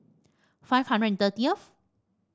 five hundred and thirtieth